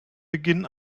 beginn